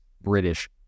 British